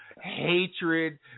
hatred